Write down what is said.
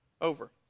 Over